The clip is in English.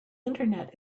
internet